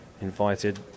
invited